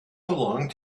belong